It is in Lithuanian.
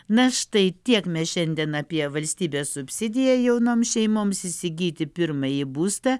na štai tiek mes šiandien apie valstybės subsidiją jaunoms šeimoms įsigyti pirmąjį būstą